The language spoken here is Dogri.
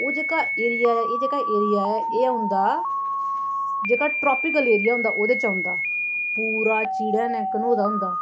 ओह् जेह्का एरिया ऐ एह् जेह्का एरिया ऐ एह् औंदा जेह्का ट्रॉपिकल एरिया होंदा ओह्दे च औंदा पूरा चीड़ै नै घनोऐ दा होंदा